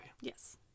Yes